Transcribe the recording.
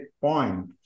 point